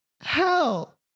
hell